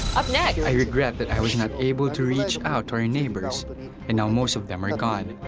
up next n i regret that i was not able to reach out to our neighbors but and and now most of them are gone.